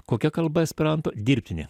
kokia kalba esperanto dirbtinė